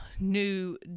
new